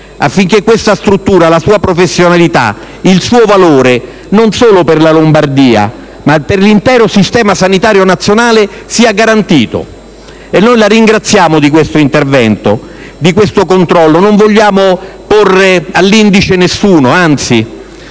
affinché questa struttura, la sua professionalità, il suo valore, non solo per la Lombardia ma per l'intero sistema sanitario nazionale, siano garantiti. Noi, onorevole Ministro, la ringraziamo di questo intervento, di questo controllo. Non vogliamo porre all'indice nessuno,